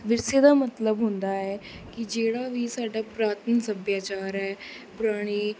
ਵਿਰਸੇ ਦਾ ਮਤਲਬ ਹੁੰਦਾ ਹੈ ਕਿ ਜਿਹੜਾ ਵੀ ਸਾਡਾ ਪੁਰਾਤਨ ਸੱਭਿਆਚਾਰ ਹੈ ਪੁਰਾਣੀ